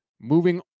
moving